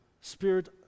Spirit